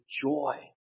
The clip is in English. joy